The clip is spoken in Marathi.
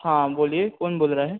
हां बोलिये कौन बोल रहा है